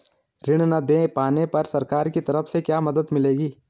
ऋण न दें पाने पर सरकार की तरफ से क्या मदद मिलेगी?